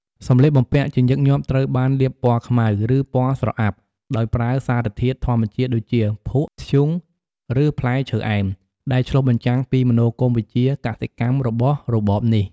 សម្លៀកបំពាក់ជាញឹកញាប់ត្រូវបានលាបពណ៌ខ្មៅ ឬពណ៌ស្រអាប់ដោយប្រើសារធាតុធម្មជាតិដូចជា ភក់ ធ្យូង ឬផ្លែឈើអែម ដែលឆ្លុះបញ្ចាំងពីមនោគមវិជ្ជាកសិកម្មរបស់របបនេះ។